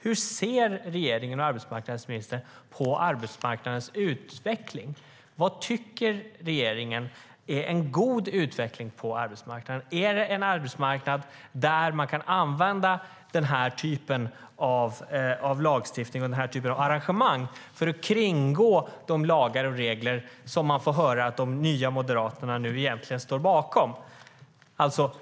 Hur ser regeringen och arbetsmarknadsministern på arbetsmarknadens utveckling? Vad tycker regeringen är en god utveckling på arbetsmarknaden? Är det en arbetsmarknad där man kan använda den här typen av lagstiftning och den här typen av arrangemang för att kringgå de lagar och regler som man nu får höra att Nya moderaterna egentligen står bakom?